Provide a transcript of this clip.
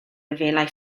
lefelau